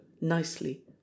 nicely